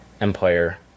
Empire